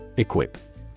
Equip